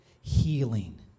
healing